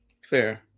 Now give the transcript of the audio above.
Fair